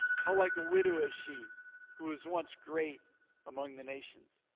how like a widow is she who was once great among the nations.